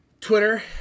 Twitter